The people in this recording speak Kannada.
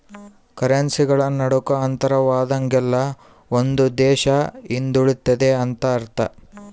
ಕರೆನ್ಸಿಗಳ ನಡುಕ ಅಂತರವಾದಂಗೆಲ್ಲ ಒಂದು ದೇಶ ಹಿಂದುಳಿತೆತೆ ಅಂತ ಅರ್ಥ